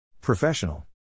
Professional